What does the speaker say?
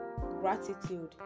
Gratitude